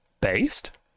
based